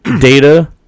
data